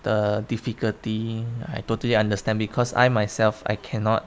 the difficulty I totally understand because I myself I cannot